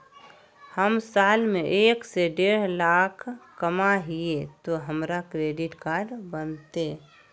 हम साल में एक से देढ लाख कमा हिये तो हमरा क्रेडिट कार्ड बनते?